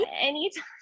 anytime